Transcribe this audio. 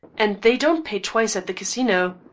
and they don't pay twice at the casino.